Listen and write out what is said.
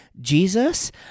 Jesus